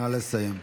נא לסיים.